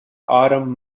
autumn